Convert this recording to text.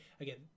again